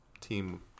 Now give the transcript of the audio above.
team